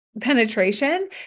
penetration